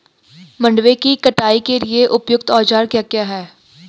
मंडवे की कटाई के लिए उपयुक्त औज़ार क्या क्या हैं?